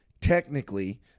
Technically